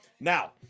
now